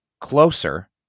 Closer